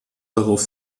darauf